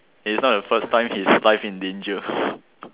it is not the first time his life in danger